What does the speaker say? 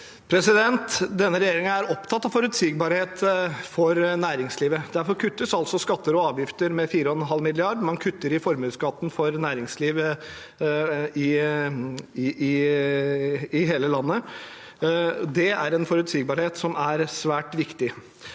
Denne regjer- ingen er opptatt av forutsigbarhet for næringslivet. Derfor kuttes altså skatter og avgifter med 4,5 mrd. kr. Man kutter i formuesskatten for næringslivet i hele landet. Det er en forutsigbarhet som er svært viktig.